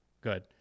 Good